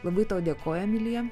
labai tau dėkoju emilija